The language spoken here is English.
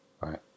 Right